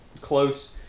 close